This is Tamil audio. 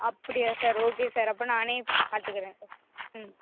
அப்படியா சார் ஓகே சார் அப்போ நானே பார்த்துக்குறேன் சார் ம்